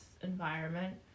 environment